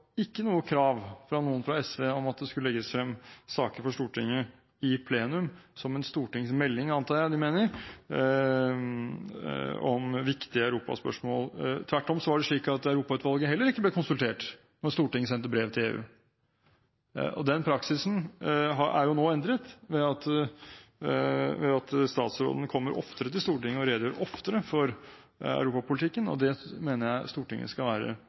ikke noe krav fra noen fra SV om at det skulle legges frem saker for Stortinget i plenum – som en stortingsmelding, antar jeg de mener – om viktige europaspørsmål. Tvert om var det slik at Europautvalget heller ikke ble konsultert da Stortinget sendte brev til EU. Den praksisen er nå endret ved at statsråden kommer oftere til Stortinget og redegjør oftere for europapolitikken, og det mener jeg Stortinget skal være